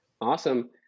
Awesome